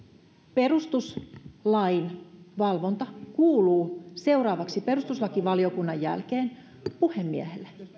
perustuslain valvonta kuuluu seuraavaksi perustuslakivaliokunnan jälkeen puhemiehelle